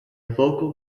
local